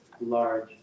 large